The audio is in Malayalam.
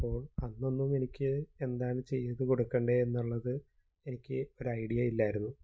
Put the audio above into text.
അപ്പോൾ അന്നൊന്നും എനിക്ക് എന്താണ് ചെയ്ത് കൊടുക്കേണ്ടതെന്നുള്ളത് എനിക്ക് ഒരു ഐഡിയ ഇല്ലായിരുന്നു